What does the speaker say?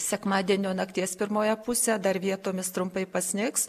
sekmadienio nakties pirmoje pusėje dar vietomis trumpai pasnigs